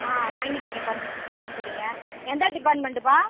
ஆ வாங்கிட்டீங்க பர்மிஷன் ஆ சரிங்க எந்த டிபார்ட்மென்ட்ப்பா